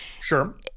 Sure